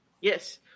Yes